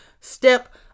step